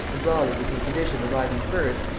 and raleigh with his division arriving first,